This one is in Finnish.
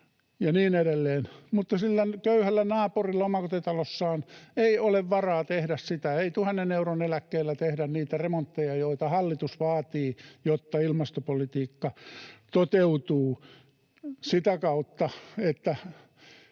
mutta sillä köyhällä naapurilla omakotitalossaan ei ole varaa tehdä sitä. Ei tuhannen euron eläkkeellä tehdä niitä remontteja, joita hallitus vaatii, jotta ilmastopolitiikka toteutuu sitä kautta.